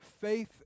Faith